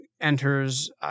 enters